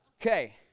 Okay